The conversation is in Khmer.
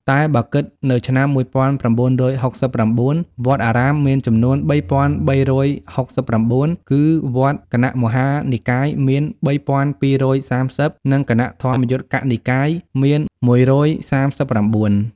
តែបើគិតនៅឆ្នាំ១៩៦៩ វត្ត អារាមមានចំនួន ៣៣៦៩ គឺ វត្ត គណៈមហានិកាយមាន ៣២៣០ និងគណៈធម្មយុត្តិកនិកាយមាន ១៣៩ ។